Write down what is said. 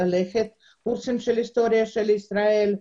קורסים של היסטוריה של ישראל,